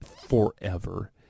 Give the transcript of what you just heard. forever